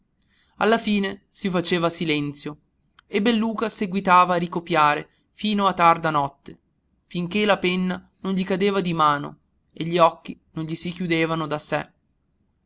alla fine si faceva silenzio e belluca seguitava a ricopiare fino a tarda notte finché la penna non gli cadeva di mano e gli occhi non gli si chiudevano da sé